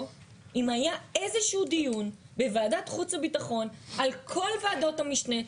פה אם היה איזשהו דיון בוועדת חוץ וביטחון על כל ועדות המשנה,